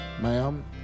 ma'am